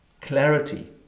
clarity